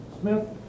Smith